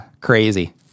crazy